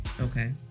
okay